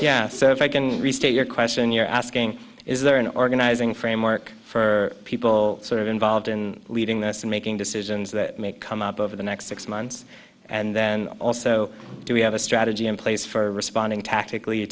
yeah so if i can restate your question you're asking is there an organizing framework for people sort of involved in leading this and making decisions that may come up over the next six months and then also do we have a strategy in place for responding tactically